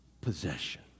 possession